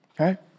okay